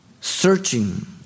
Searching